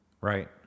Right